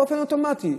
באופן אוטומטי.